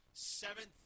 seventh